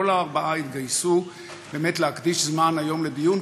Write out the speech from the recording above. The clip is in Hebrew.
כל הארבעה התגייסו להקדיש זמן היום לדיון,